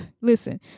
listen